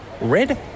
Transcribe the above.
Red